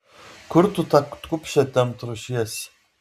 kur tu tą kupšę tempt ruošiesi